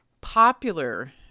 popular